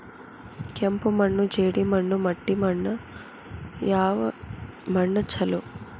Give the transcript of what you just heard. ಕೆಂಪು ಮಣ್ಣು, ಜೇಡಿ ಮಣ್ಣು, ಮಟ್ಟಿ ಮಣ್ಣ ಯಾವ ಮಣ್ಣ ಛಲೋ?